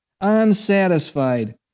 unsatisfied